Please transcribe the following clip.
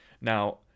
now